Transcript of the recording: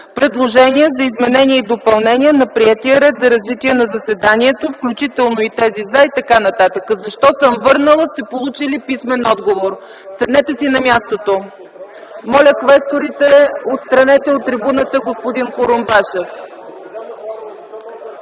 предложения за изменение и допълнение на приетия ред за развитие на заседанието, включително и тези за …” и т.н. А защо съм върнала въпроса – ще получите писмен отговор. Седнете си на мястото. Моля квесторите, отстранете от трибуната господин Курумбашев.